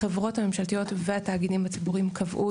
החברות הממשלתיות והתאגידים הציבוריים קבעו